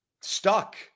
stuck